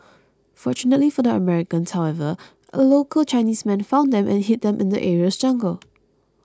fortunately for the Americans however a local Chinese man found them and hid them in the area's jungle